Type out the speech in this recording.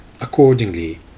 Accordingly